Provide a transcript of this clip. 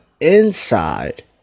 inside